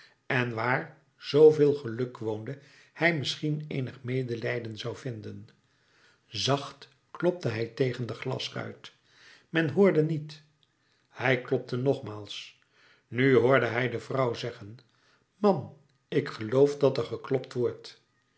en waar zooveel geluk woonde hij misschien eenig medelijden zou vinden zacht klopte hij tegen de glasruit men hoorde niet hij klopte nogmaals nu hoorde hij de vrouw zeggen man ik geloof dat er geklopt wordt